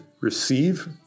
receive